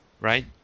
right